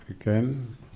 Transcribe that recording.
again